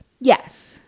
Yes